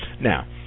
Now